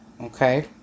okay